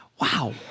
wow